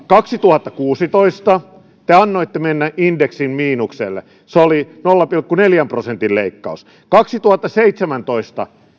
kaksituhattakuusitoista te annoitte mennä indeksin miinukselle se oli nolla pilkku neljän prosentin leikkaus kaksituhattaseitsemäntoista